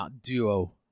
duo